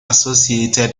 associated